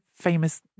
famous